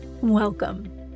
Welcome